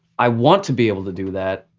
i want to be able to do that,